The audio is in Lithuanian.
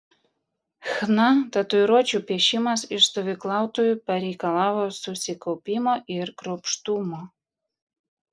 chna tatuiruočių piešimas iš stovyklautojų pareikalavo susikaupimo ir kruopštumo